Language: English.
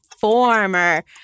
former